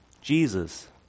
Jesus